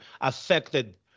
affected